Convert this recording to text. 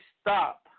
stop